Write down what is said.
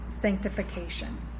sanctification